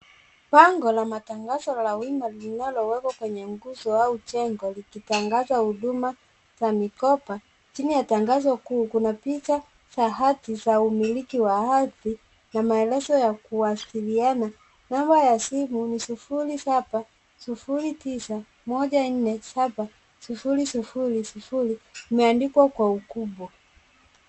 Fungo la matangazo limewekwa kwenye ukuta au bango, likitangaza huduma za mikopo. Kwenye tangazo kuna picha za hati, hati za umiliki, na maelezo ya kuwasiliana. Namba za simu zimesusuliwa kwa rangi tofauti, baadhi zikiwa zimepigwa chapa kwa maandiko yaliyokolezwa ili yaonekane kwa urahisi.